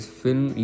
film